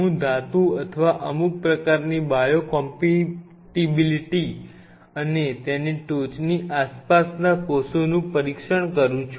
હું ધાતુ અથવા અમુક પ્રકારની બાયો કોમ્પેટીબીલીટી અને તેની ટોચની આસપાસના કોષોનું પરીક્ષણ કરું છું